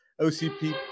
OCP